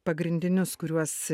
pagrindinius kuriuos